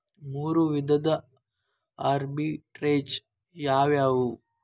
ಮೂರು ವಿಧದ ಆರ್ಬಿಟ್ರೆಜ್ ಯಾವವ್ಯಾವು?